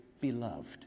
beloved